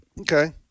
Okay